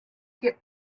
get